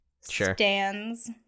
stands